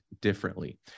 differently